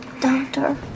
doctor